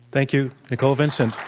thank you, nicole vincent.